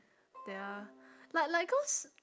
like like cause